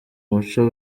muco